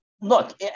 look